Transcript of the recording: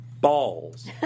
balls